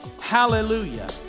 hallelujah